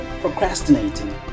procrastinating